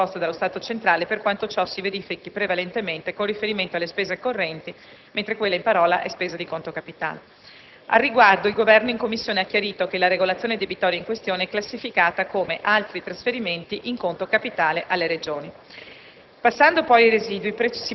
che vengono in gran parte ripianati *ex post* dallo Stato centrale, per quanto ciò si verifichi prevalentemente con riferimento alle spese correnti, mentre quella in parola è spesa in conto capitale. A tale proposito il Governo in Commissione ha chiarito che la regolazione debitoria in questione è classificata come «Altri trasferimenti in conto capitale alle Regioni».